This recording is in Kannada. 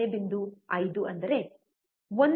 5 ಅಂದರೆ 1